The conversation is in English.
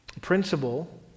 principle